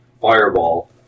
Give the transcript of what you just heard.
Fireball